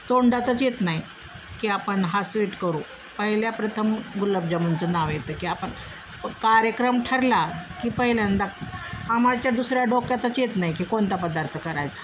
तोंडातच येत नाही की आपण हा स्वीट करू पहिल्या प्रथम गुलबजामुनचं नाव येतं की आपण कार्यक्रम ठरला की पहिल्यांदा आमच्या दुसऱ्या डोक्यातच येत नाही की कोणता पदार्थ करायचा